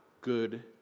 good